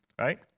right